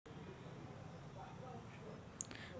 मले फारम भरासाठी कोंते कागद लागन?